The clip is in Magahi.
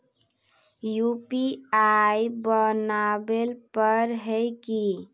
यु.पी.आई बनावेल पर है की?